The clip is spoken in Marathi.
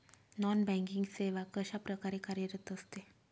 नॉन बँकिंग सेवा कशाप्रकारे कार्यरत असते?